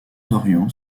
d’orient